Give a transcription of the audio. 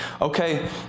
Okay